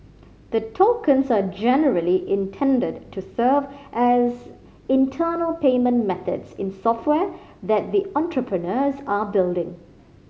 the tokens are generally intended to serve as internal payment methods in software that the entrepreneurs are building